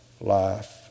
life